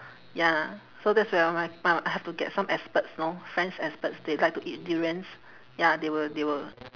ya so that's where all my I have to get some experts lor friends experts they like to eat durians ya they will they will